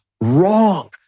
Wrong